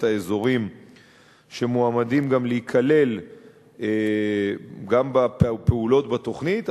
האזורים שמועמדים גם להיכלל בפעולות בתוכנית,